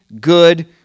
good